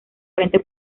frente